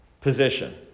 position